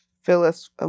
Phyllis